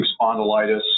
spondylitis